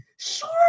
sure